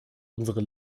unsere